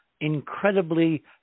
incredibly